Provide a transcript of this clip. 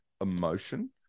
emotion